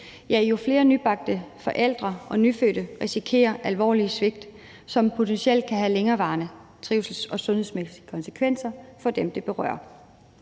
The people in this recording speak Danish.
jo flere nybagte forældre og nyfødte risikerer alvorlige svigt, som potentielt kan have længerevarende trivsels- og sundhedsmæssige konsekvenser for dem, det berører.